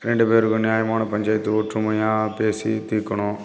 ரெண்டு பேருக்கும் நியாயமான பஞ்சாயத்து ஒற்றுமையாக பேசி தீர்க்கணும்